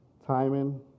Timing